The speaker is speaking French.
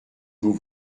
vous